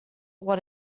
what